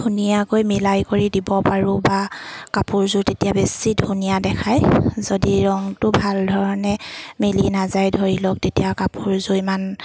ধুনীয়াকৈ মিলাই কৰি দিব পাৰোঁ বা কাপোৰযোৰ তেতিয়া বেছি ধুনীয়া দেখায় যদি ৰংটো ভাল ধৰণে মিলি নাযায় ধৰি লওক তেতিয়া কাপোৰযোৰ ইমান